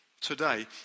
Today